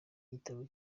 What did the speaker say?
gitabo